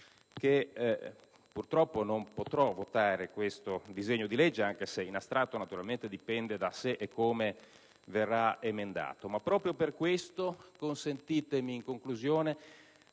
che purtroppo non potrò votare questo disegno di legge, anche se in astratto ciò dipende da se e come verrà emendato. Ma proprio per questo, consentitemi in conclusione